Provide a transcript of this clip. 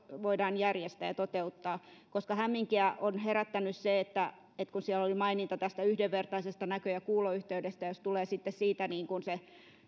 voidaan järjestää ja toteuttaa koska hämminkiä on herättänyt se että siellä oli maininta tästä yhdenvertaisesta näkö ja kuuloyhteydestä jos tulee sitten siitä se